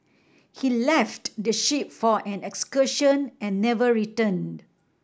he left the ship for an excursion and never returned